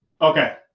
okay